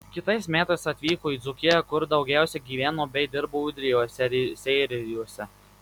kitais metais atvyko į dzūkiją kur daugiausiai gyveno bei dirbo ūdrijoje seirijuose